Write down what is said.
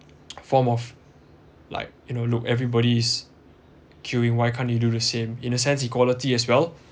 form of like you know look everybody's queuing why can't you do the same in a sense equality as well